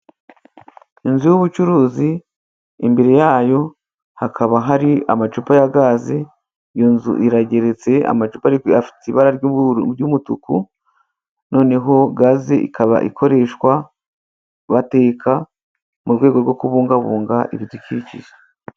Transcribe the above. Inzu y'ubucuruzi imbere yayo hakaba hari amacupa ya gazi. Iyo nzu irageretse amacupari afite ibara ry'umutuku, noneho gaze ikaba ikoreshwa bateka mu rwego rwo kubungabunga ibidukikije.